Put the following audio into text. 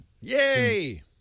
Yay